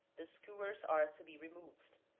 the skewers are to be removed.